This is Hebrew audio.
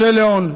משה ליאון,